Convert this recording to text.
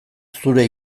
zure